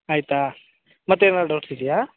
ಆಯಿತಾ ಮತ್ತೆ ಏನಾರೂ ಡೌಟ್ಸಿದೆಯಾ